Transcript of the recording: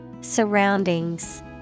Surroundings